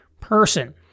person